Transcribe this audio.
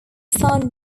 found